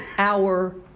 our